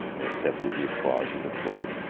and accepted the applause of the court,